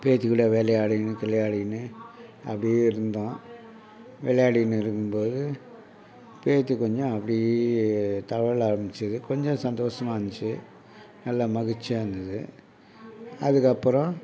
பேத்திக்கூட விளையாடிக்கினு கிளையாடிக்கினு அப்படியே இருந்தோம் விளையாடிக்கினு இருக்கும்போது பேத்தி கொஞ்சம் அப்படியே தவழ ஆரமித்தது கொஞ்சம் சந்தோஷமா இருந்துச்சு நல்ல மகிழ்ச்சியாக இருந்தது அதுக்கப்புறம்